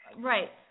right